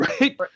right